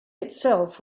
itself